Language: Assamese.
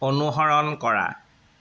অনুসৰণ কৰা